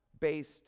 based